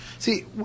See